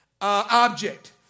object